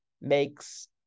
makes